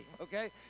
okay